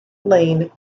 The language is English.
lane